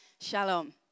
shalom